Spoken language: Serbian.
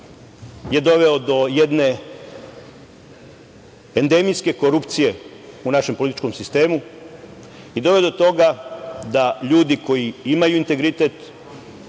je doveo do jedne endemijske korupcije u našem političkom sistemu i doveo do toga da ljudi koji imaju integritet,